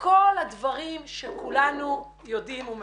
כל הדברים שכולנו יודעים ומכירים.